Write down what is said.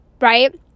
right